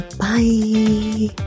Bye